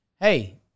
Hey